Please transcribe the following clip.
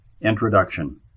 Introduction